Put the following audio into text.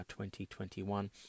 2021